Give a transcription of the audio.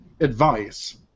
advice